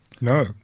No